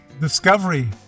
discovery